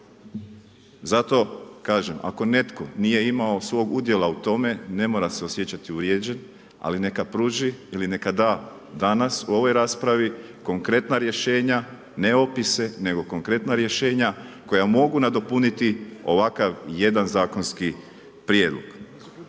Zato kažem, ako netko nije imao svog udjela u tome, ne mora se osjećati uvrijeđen, ali neka pruži ili neka da danas, u ovoj raspravi, konkretna rješenja, ne opise, nego konkretna rješenja koja mogu nadopuniti ovakav jedan zakonski prijedlog.